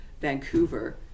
Vancouver